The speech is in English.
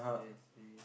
seriously